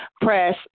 Press